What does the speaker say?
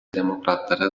demokratlara